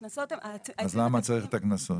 הקנסות הם --- אז למה צריך את הקנסות?